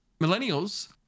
Millennials